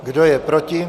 Kdo je proti?